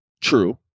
True